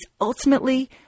ultimately